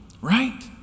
Right